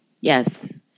Yes